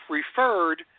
referred